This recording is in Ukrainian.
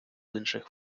інших